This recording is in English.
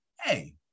hey